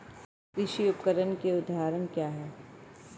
कृषि उपकरण के उदाहरण क्या हैं?